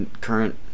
current